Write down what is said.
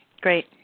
Great